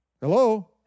Hello